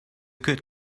good